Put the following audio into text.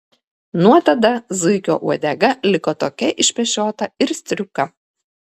nuo tada zuikio uodega liko tokia išpešiota ir striuka